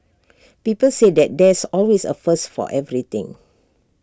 people say that there's always A first for everything